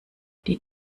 die